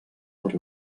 per